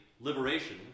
liberation